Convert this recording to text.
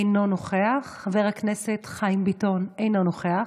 אינו נוכח, חבר הכנסת חיים ביטון, אינו נוכח,